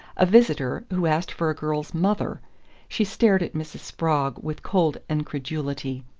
a visitor who asked for a girl's mother she stared at mrs. spragg with cold incredulity.